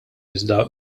iżda